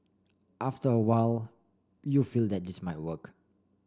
after a while you feel that this might work